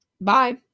bye